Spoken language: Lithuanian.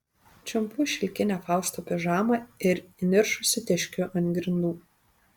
čiumpu šilkinę fausto pižamą ir įniršusi teškiu ant grindų